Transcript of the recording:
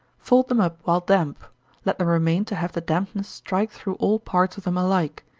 fold them up while damp let them remain to have the dampness strike through all parts of them alike,